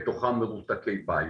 בתוכם מרותקי בית,